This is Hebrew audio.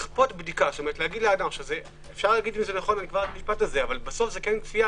בסוף זה כן כפייה,